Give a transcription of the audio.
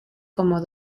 como